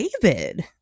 david